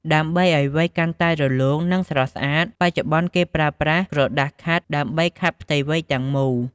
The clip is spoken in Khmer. ដើម្បីឱ្យវែកកាន់តែរលោង និងស្រស់ស្អាត បច្ចុប្បន្នគេប្រើប្រាសើក្រដាសខាត់ដើម្បីខាត់ផ្ទៃវែកទាំងមូល។